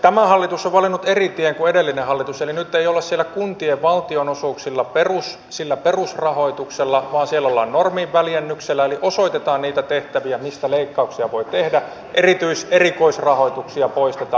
tämä hallitus on valinnut eri tien kuin edellinen hallitus eli nyt ei olla siellä kuntien valtionosuuksilla sillä perusrahoituksella vaan siellä ollaan norminväljennyksellä eli osoitetaan niitä tehtäviä mistä leikkauksia voi tehdä erikoisrahoituksia poistetaan